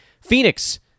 Phoenix